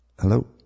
Hello